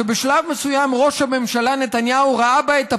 שבשלב מסוים ראש הממשלה נתניהו ראה בה את הפתרון,